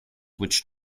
which